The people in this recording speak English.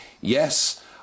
Yes